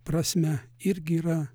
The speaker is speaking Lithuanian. prasme irgi yra